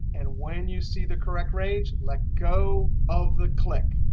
and when you see the correct range, let go of the click.